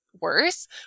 worse